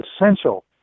essential